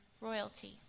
Royalty